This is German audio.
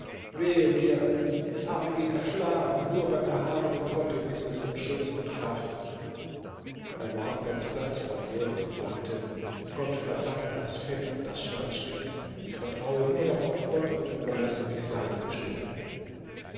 mir ich habe ihn erschlagen nur beim erhabenen gott gibt es nun schutz und kraft er ward ganz blaß vor furcht und sagte gott verdamme das fett und das schwanzstück ich vertraue nur noch auf gott und überlasse mich seiner bestimmung